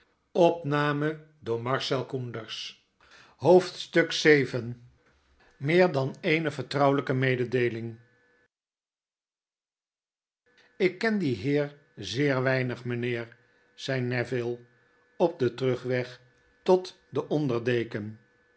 mekr dan ene vertrouwelijke mededeeling ik ken dien heer zeer weinig mynheer zei neville op den terugweg tot den onderdeken kent